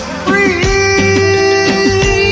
free